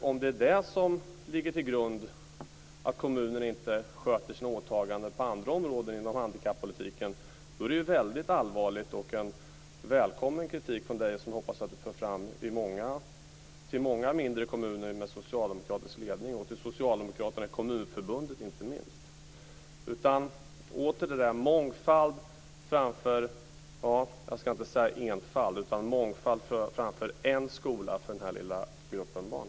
Om det är det som ligger till grund för att kommunerna inte sköter sina åtaganden på andra områden inom handikappolitiken är det ju väldigt allvarligt och en välkommen kritik från honom, som jag hoppas att han för fram till många mindre kommuner med socialdemokratisk ledning och till socialdemokraterna i Kommunförbundet inte minst. Återigen: Det är bättre med mångfald framför - jag ska inte säga enfald - en skola för den här lilla gruppen barn.